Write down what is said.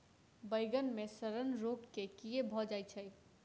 बइगन मे सड़न रोग केँ कीए भऽ जाय छै?